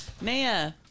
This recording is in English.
Maya